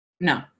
No